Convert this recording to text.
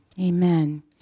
amen